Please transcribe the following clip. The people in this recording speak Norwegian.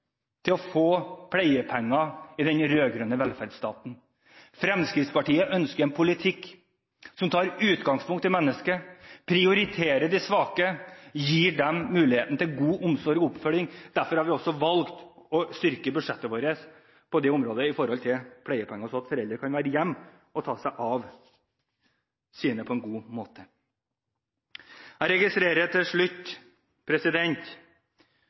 pleiepenger i den rød-grønne velferdsstaten. Fremskrittspartiet ønsker en politikk som tar utgangspunkt i mennesket, prioriterer de svake og gir dem muligheten til god omsorg og oppfølging. Derfor har vi valgt å styrke budsjettet vårt på det området når det gjelder pleiepenger, slik at foreldrene kan være hjemme og ta seg av sine på en god måte. Jeg registrerer til slutt